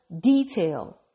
detail